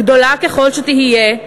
גדולה ככל שתהיה,